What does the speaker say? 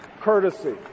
courtesy